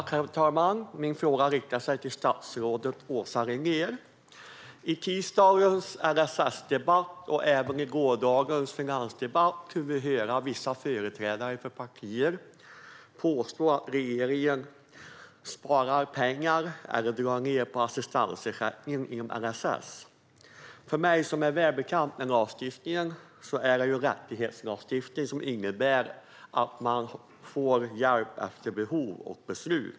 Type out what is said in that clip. Herr talman! Min fråga går till statsrådet Åsa Regnér. I tisdagens LSS-debatt och även i gårdagens finansdebatt kunde vi höra vissa företrädare för några partier påstå att regeringen sparar pengar och drar ned på assistansersättningen inom LSS. Jag är väl bekant med lagstiftningen, och det är en rättighetslagstiftning som innebär att man får hjälp efter behov och beslut.